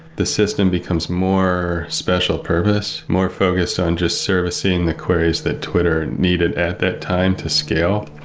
the system becomes more special purpose, more focused on just servicing the queries that twitter needed at that time to scale,